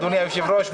אדוני היושב-ראש,